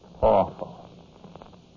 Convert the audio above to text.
awful